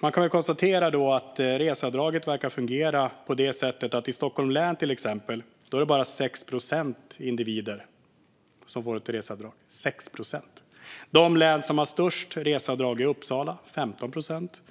Man kan konstatera att reseavdraget verkar fungera på så sätt att det i Stockholms län bara är 6 procent av invånarna som får reseavdrag - 6 procent! De län som har störst reseavdrag är Uppsala med 15 procent,